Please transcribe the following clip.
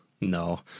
no